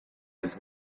his